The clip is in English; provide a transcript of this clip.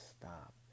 stop